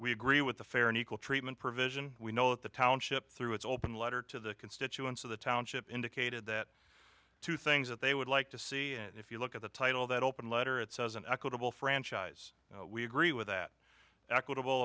we agree with the fair and equal treatment provision we know that the township through its open letter to the constituents of the township indicated that two things that they would like to see and if you look at the title that open letter it says an equitable franchise we agree with that equitable